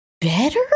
Better